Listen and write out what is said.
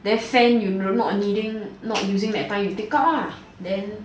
then fan you not needing not using that time then take out ah